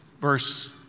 verse